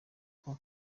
uko